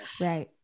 Right